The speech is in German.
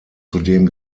zudem